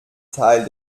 teil